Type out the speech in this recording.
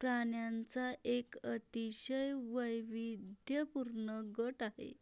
प्राण्यांचा एक अतिशय वैविध्यपूर्ण गट आहे